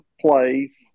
plays